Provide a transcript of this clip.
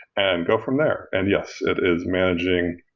and go from there. and yes, it is managing.